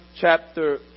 chapter